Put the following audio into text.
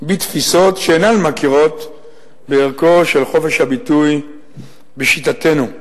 בתפיסות שאינן מכירות בערכו של חופש הביטוי בשיטתנו.